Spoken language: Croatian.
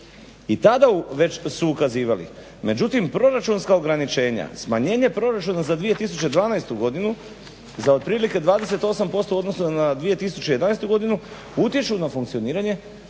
I tada već su ukazivali. Međutim, proračunska ograničenja, smanjenje proračuna za 2012. godinu za otprilike 28% u odnosu na 2011. godinu utječu na funkcioniranje